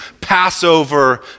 Passover